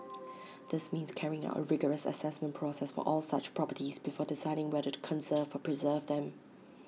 this means carrying out A rigorous Assessment process for all such properties before deciding whether to conserve or preserve them